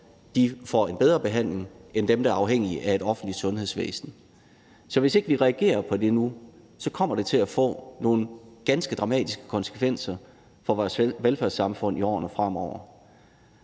det, får en bedre behandling end dem, der er afhængige af et offentligt sundhedsvæsen. Så hvis ikke vi reagerer på det nu, kommer det til at få nogle ganske dramatiske konsekvenser for vores velfærdssamfund i årene fremover.